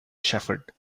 shepherd